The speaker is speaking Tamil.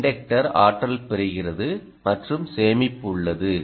இன்டக்டர் ஆற்றல் பெறுகிறது மற்றும் சேமிப்பு உள்ளது